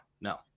no